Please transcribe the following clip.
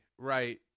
Right